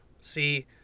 See